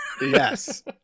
Yes